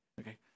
Okay